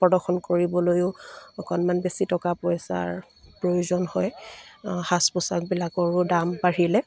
প্ৰদৰ্শন কৰিবলৈও অকণমান বেছি টকা পইচাৰ প্ৰয়োজন হয় সাজ পোছাকবিলাকৰো দাম বাঢ়িলে